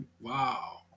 wow